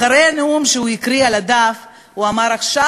אחרי הנאום שהוא הקריא מהדף הוא אמר: עכשיו